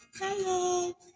Hello